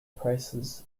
prices